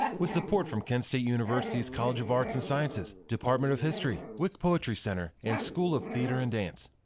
with support from kent state university's college of arts and sciences, department of history, wick poetry center and school of theatre and dance.